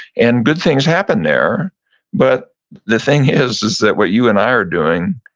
and good things happened there but the thing is, is that what you and i are doing,